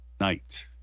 night